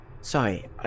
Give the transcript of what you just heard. Sorry